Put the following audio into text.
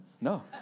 no